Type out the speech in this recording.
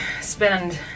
spend